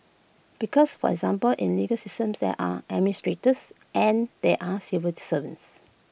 because for example in legal systems there are administrators and there are civil to servants